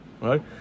right